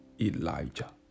Elijah